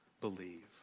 believe